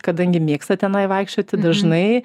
kadangi mėgsta tenai vaikščioti dažnai